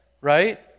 right